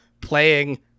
playing